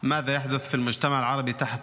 תודה,